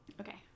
okay